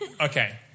Okay